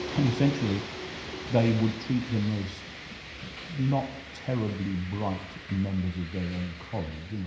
and essentially they would treat them as not terribly bright members of their own college, you know,